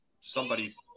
somebody's